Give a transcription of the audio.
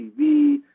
TV